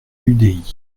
udi